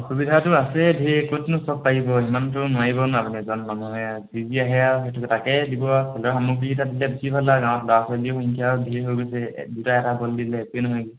অসুবিধাটো আছে ঢ়েৰ ক'তনো চব পাৰিব ইমানটো নোৱাৰিব ন আপুনি এজন মানুহে যি যি আহে আৰু সেইটো তাকে দিব খেলৰ সামগ্ৰী কি হ'ল আৰু গাঁৱত ল'ৰা ছোৱালী সংখ্যাও ঢ়েৰ হৈ গৈছে দুটা এটা ব'ল দিলে একোয়ে নহয়